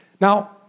Now